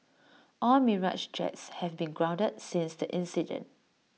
all Mirage jets have been grounded since the incident